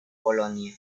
polonia